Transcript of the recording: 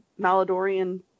Maladorian